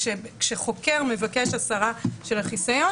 כשחוקר מבקש הסרה של החיסיון,